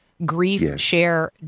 griefshare